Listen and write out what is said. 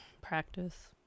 Practice